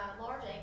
large